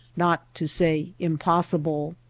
not to say impossible.